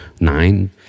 nine